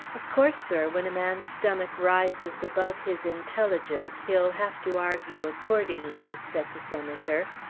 of course, sir, when a man's stomach rises above his intelligence he'll have to argue accordingly, said the senator.